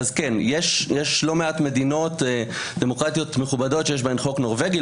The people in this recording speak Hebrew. אז יש לא מעט מדינות דמוקרטיות מכובדות שיש בהן חוק נורבגי.